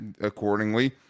accordingly